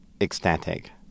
ecstatic